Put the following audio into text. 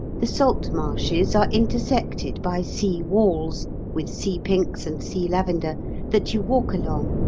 the salt-marshes are intersected by sea walls with sea pinks and sea lavender that you walk along,